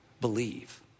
believe